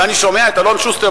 ואני שומע את אלון שוסטר,